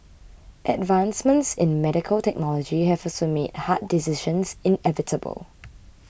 advancements in medical technology have also made hard decisions inevitable